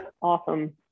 awesome